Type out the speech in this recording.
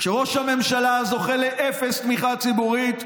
כשראש הממשלה זוכה לאפס תמיכה ציבורית,